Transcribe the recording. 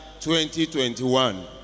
2021